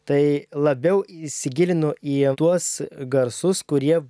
tai labiau įsigilinu į tuos garsus kurie